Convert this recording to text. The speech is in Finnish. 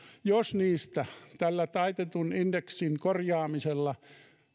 jos niistä tällä taitetun indeksin korjaamisella